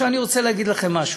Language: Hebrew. עכשיו, אני רוצה להגיד לכם משהו,